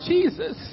Jesus